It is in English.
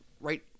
Right